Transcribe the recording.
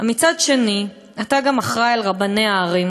מצד שני אתה גם אחראי לרבני הערים,